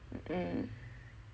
mm